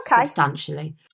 Substantially